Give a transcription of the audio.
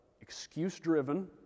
excuse-driven